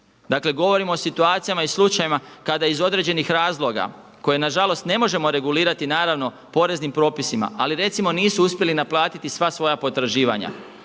dakle govorimo o situacijama i slučajevima kada iz određenih razloga koje nažalost ne možemo regulirati naravno poreznim propisima ali recimo nisu uspjeli naplatiti sva svoja potraživanja